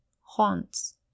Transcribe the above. Haunts